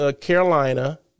Carolina